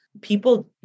people